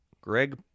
Greg